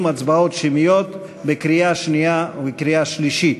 הצבעות שמיות בקריאה שנייה ובקריאה שלישית.